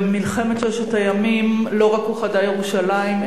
במלחמת ששת הימים לא רק אוחדה ירושלים,